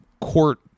court